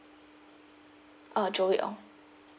uh joey ong